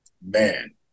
Man